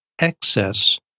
Excess